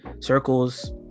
circles